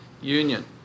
union